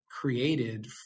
created